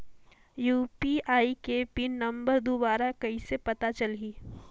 UPI के PIN number दुबारा कइसे पता चलही?